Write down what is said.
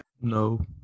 no